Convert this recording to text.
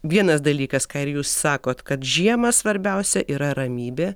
vienas dalykas ką ir jūs sakot kad žiemą svarbiausia yra ramybė